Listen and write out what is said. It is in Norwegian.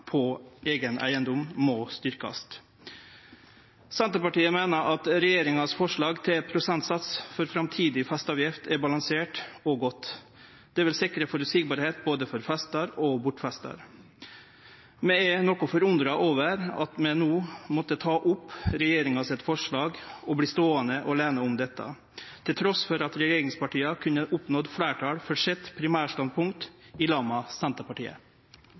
på eigen eigedom må styrkjast. Senterpartiet meiner at regjeringas forslag til ein prosentsats for framtidig festeavgift er balansert og godt. Det vil sikre føreseielegheit for både festaren og bortfestaren. Vi er noko forundra over at vi no måtte ta opp regjeringa sitt forslag og blir ståande aleine om dette, til tross for at regjeringspartia kunne ha oppnådd fleirtal for sitt primærstandpunkt i lag med Senterpartiet.